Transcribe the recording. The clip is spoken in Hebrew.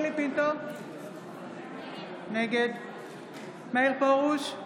נגד מאיר פרוש,